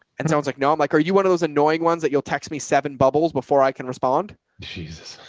and someone's like, no, i'm like, are you one of those annoying ones that you'll text me seven bubbles before i can respond jesus.